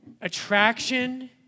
attraction